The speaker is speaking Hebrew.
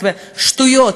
שטויות.